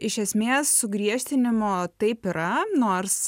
iš esmės sugriežtinimo taip yra nors